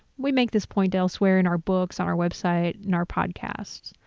we make this point elsewhere in our books, on our website and our podcasts.